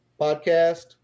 Podcast